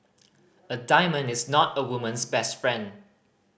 a diamond is not a woman's best friend